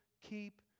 Keep